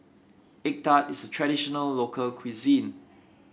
egg tart is a traditional local cuisine